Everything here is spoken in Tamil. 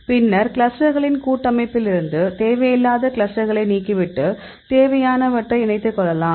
பின்னர் கிளஸ்டர்களின் கூட்டமைப்பிலிருந்து தேவையில்லாத கிளஸ்டர்களை நீக்கி விட்டு தேவையானவற்றை இணைத்துக்கொள்ளலாம்